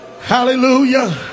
Hallelujah